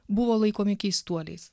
buvo laikomi keistuoliais